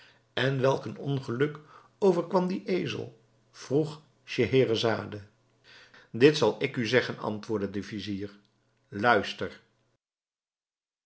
en welk ongeluk overkwam dien ezel vroeg scheherazade dit zal ik u zeggen antwoordde de vizier luister